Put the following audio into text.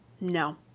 No